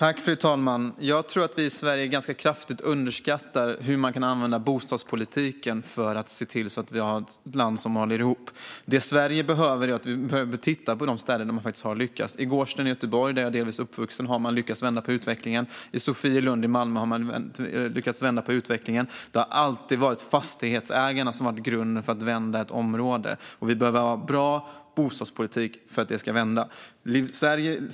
Fru ålderspresident! Jag tror att vi i Sverige kraftigt underskattar hur man kan använda bostadspolitiken för att se till att landet håller ihop. Sverige behöver titta på de ställen där man har lyckats. I Gårdsten i Göteborg, där jag delvis är uppvuxen, och i Sofielund i Malmö har man lyckats vända utvecklingen. Det har alltid varit fastighetsägarna som varit grunden för att vända ett område. Vi behöver bra bostadspolitik för att det ska vända.